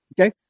Okay